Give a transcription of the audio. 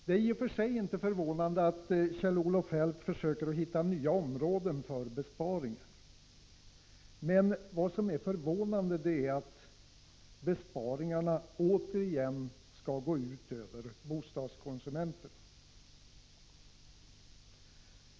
Det är i och för sig inte förvånande att Kjell-Olof Feldt försöker hitta nya områden för besparingar, men det är förvånande att besparingarna återigen skall gå ut över bostadskonsumenterna.